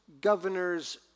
governors